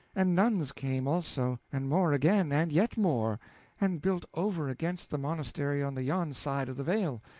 and nuns came, also and more again, and yet more and built over against the monastery on the yon side of the vale,